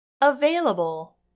Available